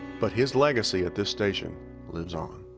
but his legacy at this station lives on.